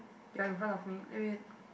you're in front of me let me in